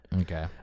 Okay